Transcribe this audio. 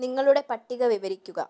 നിങ്ങളുടെ പട്ടിക വിവരിക്കുക